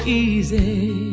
easy